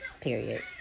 Period